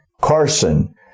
Carson